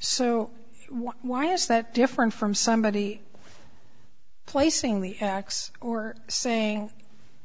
so why is that different from somebody placing the axe or saying